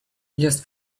just